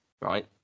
right